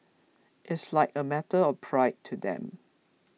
it's like a matter of pride to them